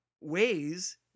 ways